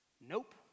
nope